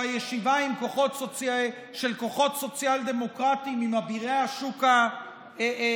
שהישיבה של כוחות סוציאל-דמוקרטיים עם אבירי השוק החופשי,